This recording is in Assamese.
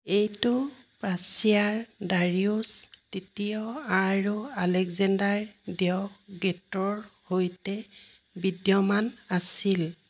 এইটো পাৰ্ছিয়াৰ ডাৰিউছ তৃতীয় আৰু আলেকজেণ্ডাৰ দ্য গ্ৰেটৰ সৈতে বিদ্যমান আছিল